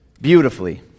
beautifully